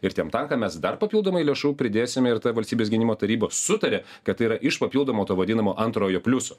ir tiem tankam mes dar papildomai lėšų pridėsim ir ta valstybės gynimo taryba sutarė kad tai yra iš papildomo to vadinamo antrojo pliuso